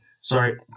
sorry